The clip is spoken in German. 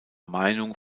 meinung